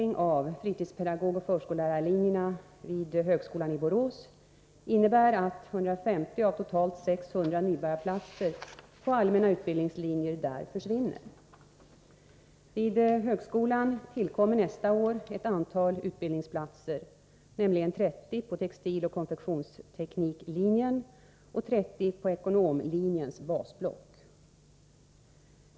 na vid högskolan i Borås inneär att 150 av totalt 600 nybörjarplatser på allmänna utbildningslinjer där försvinner. Vid högskolan tillkommer nästa år ett antal utbildningsplatser, nämligen 30 på textiloch konfektionstekniklinjen och 30 på ekonomlinjens basblock.